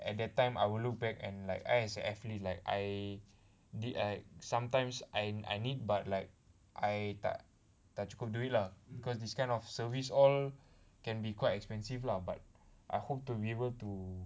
at that time I will look back and like I as an athlete like I did I sometimes and I need but like I tak tak cukup duit lah because this kind of service all can be quite expensive lah but I hope to be able to